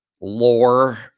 lore